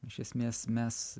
iš esmės mes